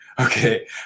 Okay